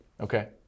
Okay